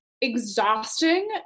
exhausting